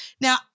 Now